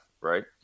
right